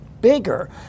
bigger